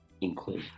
include